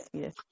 yes